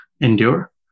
endure